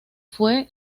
fue